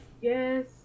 Yes